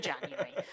January